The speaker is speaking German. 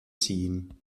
ziehen